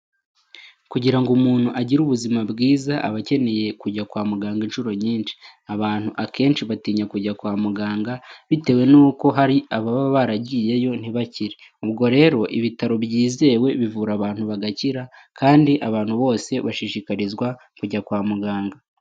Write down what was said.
Kugira ngo umuntu agire ubuzima bwiza, aba akeneye kujya kwa muganga inshuro nyinshi. Abantu akenshi batinya kujya kwa muganga, bitewe n'uko hari ababa baragiyeyo ntibakire. Ubwo rero, ibitaro byizewe bivura abantu bagakira kandi abantu bose bashishikarizwa kujya kwa muganga.